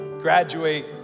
Graduate